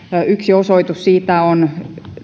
yksi osoitus siitä on